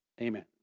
Amen